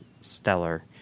stellar